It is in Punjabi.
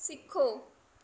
ਸਿੱਖੋ